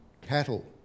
cattle